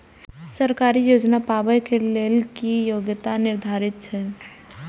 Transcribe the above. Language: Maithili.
सरकारी योजना पाबे के लेल कि योग्यता निर्धारित छै?